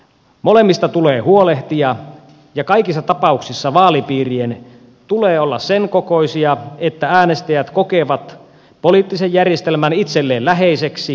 molemmista tulee huolehtia ja kaikissa tapauksissa vaalipiirien tulee olla sen kokoisia että äänestäjät kokevat poliittisen järjestelmän itselleen läheiseksi